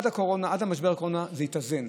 עד משבר הקורונה זה התאזן,